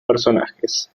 personajes